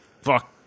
fuck